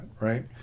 right